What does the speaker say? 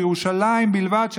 בירושלים בלבד,